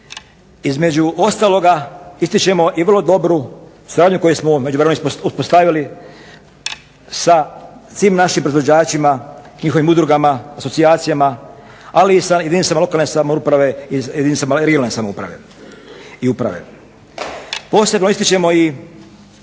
Između ostaloga ističemo i vrlo dobru suradnju koju smo u međuvremenu uspostavili sa svim našim proizvođačima, njihovim udrugama, asocijacijama, ali i sa jedinicama lokalne samouprave i jedinicama regionalne samouprave i uprave. Posebno ističemo i